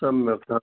सम्यक् सः